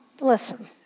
listen